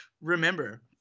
remember